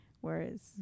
Whereas